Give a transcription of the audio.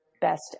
best